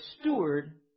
steward